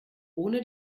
ohne